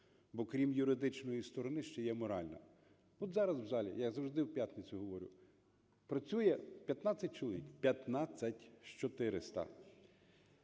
Бо крім юридичної сторони є ще моральна. От зараз в залі, я завжди в п'ятницю говорю, працює 15 чоловік. 15 з 400.